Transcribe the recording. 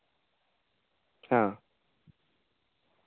ᱦᱮᱸ